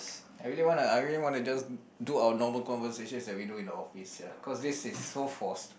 I really want a I really wanna just do our normal conversation that we do in the office sia cause this is so forced